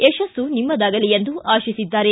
ಯಶಸ್ಸು ನಿಮ್ಮದಾಗಲಿ ಎಂದು ಆಶಿಸಿದ್ದಾರೆ